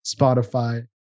Spotify